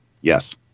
yes